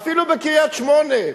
אפילו בקריית-שמונה,